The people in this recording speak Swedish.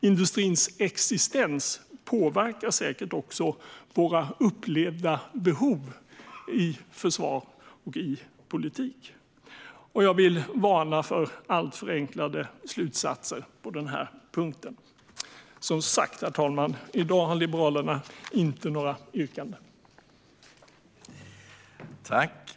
Industrins existens påverkar säkert också våra uppleva behov i försvar och i politik. Jag vill varna för alltför förenklade slutsatser på denna punkt. Som sagt, herr talman, har inte Liberalerna några yrkanden i dag.